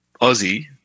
Aussie